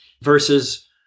versus